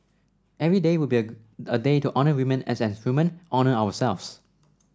every day would be a day to honour women and as women honour ourselves